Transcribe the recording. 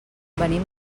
venim